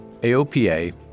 AOPA